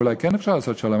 אולי כן אפשר לעשות שלום,